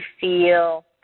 feel